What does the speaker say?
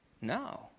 No